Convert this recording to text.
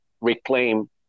reclaim